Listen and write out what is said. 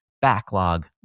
backlog